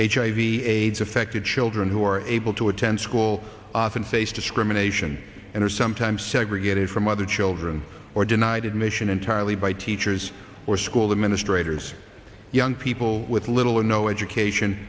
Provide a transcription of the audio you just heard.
hiv aids affected children who are able to attend school often face discrimination and are sometimes segregated from other children or denied admission entirely by teachers or school administrators young people with little or no education